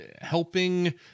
helping